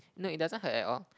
no it doesn't hurt at all